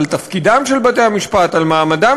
על תפקידם של בתי-המשפט,